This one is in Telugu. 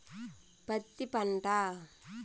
పత్తి పంట